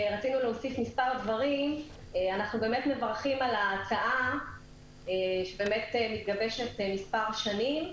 אנחנו באמת מברכים על ההצעה שמתגבשת מספר שנים,